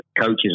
coaches